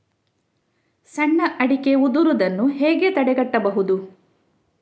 ಸಣ್ಣ ಅಡಿಕೆ ಉದುರುದನ್ನು ಹೇಗೆ ತಡೆಗಟ್ಟಬಹುದು?